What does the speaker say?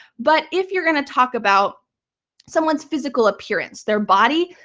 but if you're going to talk about someone's physical appearance, their body,